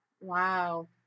Wow